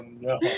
no